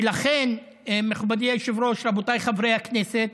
ולכן, מכובדי היושב-ראש, רבותיי חברי הכנסת,